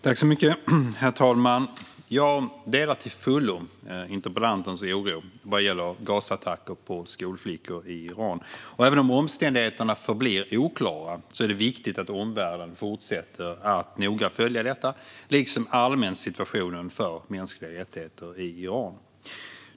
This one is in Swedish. Herr talman! Jag delar till fullo interpellantens oro vad gäller gasattacker på skolflickor i Iran. Även om omständigheterna förblir oklara är det viktigt att omvärlden fortsätter att noga följa detta liksom allmänt situationen för mänskliga rättigheter i Iran.